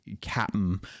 captain